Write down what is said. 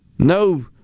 No